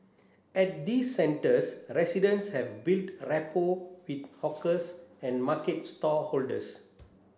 at these centres residents have built rapport with hawkers and market stallholders